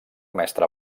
mestre